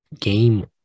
game